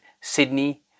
Sydney